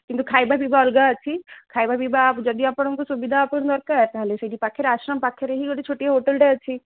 କିନ୍ତୁ ଖାଇବା ପିଇବା ଅଲଗା ଅଛି ଖାଇବା ପିଇବା ଯଦି ଆପଣଙ୍କୁ ସୁବିଧା ଆପଣଙ୍କୁ ଦରକାର ତାହେଲେ ସେଇଠି ପାଖେରେ ଆଶ୍ରମ ପାଖେରେ ହିଁ ଗୋଟେ ଛୋଟିଆ ହୋଟେଲ୍ଟେ ଅଛି